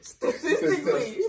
Statistically